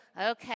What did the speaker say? Okay